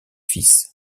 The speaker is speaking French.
fils